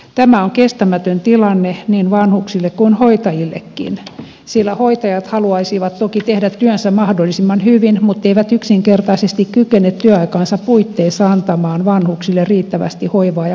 tämä on kestämätön tilanne niin vanhuksille kuin hoitajillekin sillä hoitajat haluaisivat toki tehdä työnsä mahdollisimman hyvin mutteivät yksinkertaisesti kykene työaikansa puitteissa antamaan vanhuksille riittävästi hoivaa ja huolenpitoa